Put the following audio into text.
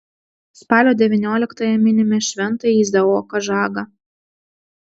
spalio devynioliktąją minime šventąjį izaoką žagą